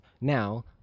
Now